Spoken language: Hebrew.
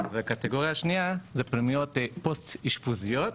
והקטגוריה השנייה זה פנימיות פוסט אשפוזיות.